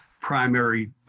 primary